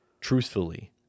truthfully